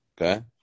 Okay